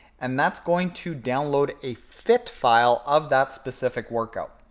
and that's going to download a fit file of that specific workout.